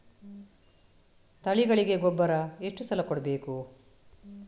ತಳಿಗಳಿಗೆ ಗೊಬ್ಬರ ಎಷ್ಟು ಸಲ ಕೊಡಬೇಕು?